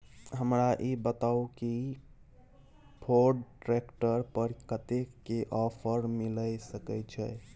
हमरा ई बताउ कि फोर्ड ट्रैक्टर पर कतेक के ऑफर मिलय सके छै?